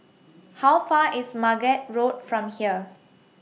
How Far IS Margate Road from here